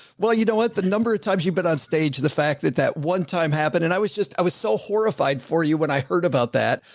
well, you know what, the number of times you've been on stage, the fact that that one time happened. and i was just, i was so horrified for you when i heard about that.